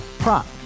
Prop